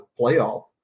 playoff